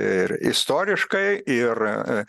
ir istoriškai ir